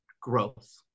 growth